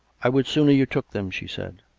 i would sooner you took them, she said.